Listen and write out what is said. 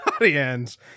audience